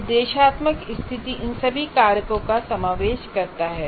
निर्देशात्मक स्थिति इन सभी कारकों का समावेश करता है